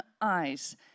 eyes